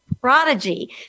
prodigy